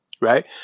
right